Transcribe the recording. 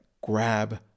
grab